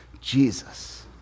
Jesus